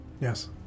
Yes